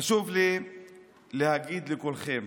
חשוב לי להגיד לכולכם